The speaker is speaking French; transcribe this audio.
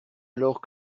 alors